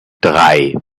drei